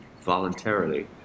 voluntarily